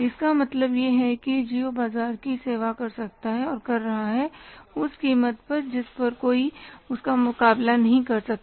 इसका मतलब यह है कि जिओ बाजार की सेवा कर सकता है और कर रहा है उस कीमत पर जिस पर कोई उसका मुकाबला नहीं कर सकता